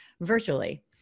virtually